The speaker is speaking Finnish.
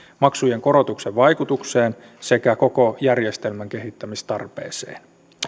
maksujen korotuksen vaikutukseen sekä koko järjestelmän kehittämistarpeeseen